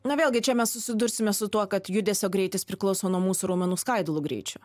na vėlgi čia mes susidursime su tuo kad judesio greitis priklauso nuo mūsų raumenų skaidulų greičio